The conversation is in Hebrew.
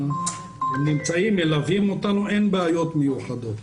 אין בעיות מיוחדות.